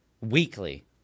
weekly